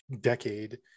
decade